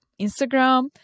Instagram